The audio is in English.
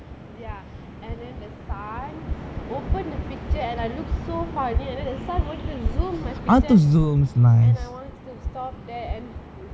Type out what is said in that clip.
ya and then the sun open the pictures and I looked so funny and then the sun go and zoom my pictures I want to stop there